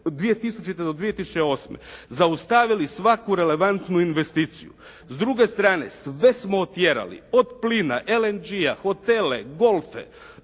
do, 2000. do 2008. zaustavili svaku relevantnu investiciju. S druge strane sve smo otjerali. Od plina, LNG-a, hotele, golfe,